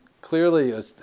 clearly